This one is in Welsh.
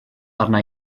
arna